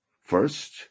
first